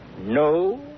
no